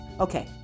Okay